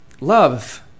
love